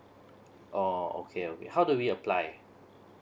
oh okay okay how do we apply